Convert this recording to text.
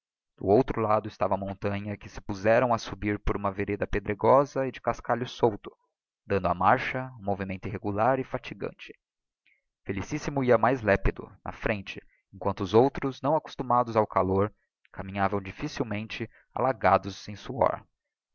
do outro lado estava a montanha que se puzeram a subir por uma vereda pedregosa e de cascalho solto dando á marcha um movimento irregular e fatigante felicissimo ia mais lépido na frente emquanto os outros não acostumados ao calor caminhavam difficilmente alagados em suor